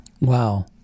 Wow